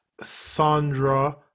Sandra